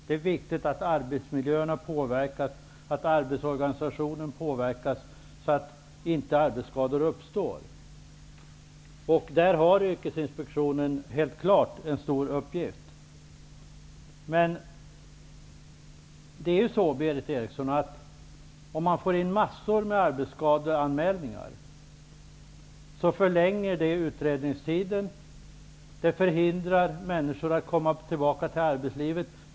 Det är viktigt att arbetsmiljöerna och arbetsorganisationen påverkas, så att det inte uppstår några arbetsskador. Där har Yrkesinspektionen en stor uppgift. Om det kommer in massor av arbetsskadeanmälningar, förlänger detta utredningstiden, vilket förhindrar människor att komma tillbaka till arbetslivet.